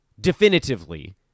definitively